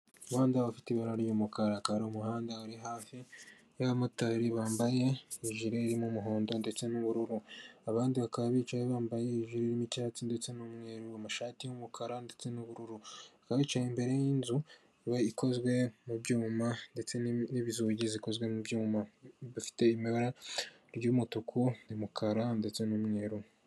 Umuhanda ufite ibara ry'umukara, aka umuhanda uri hafi y'abamotari bambaye ijire irimo umuhondo ndetse n'ubururu. Abandi bakaba bicaye bambaye ijire irimo icyatsi ndetse n'umweru, amashati y'umukara ndetse n'ubururu. Bakaba bicaye imbere y'inzu ikozwe mu byuma ndetse n'inzugi zikozwe mu byuma, bifite amabara iry'umutuku, n'umukara ndetse n'umweru.